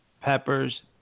peppers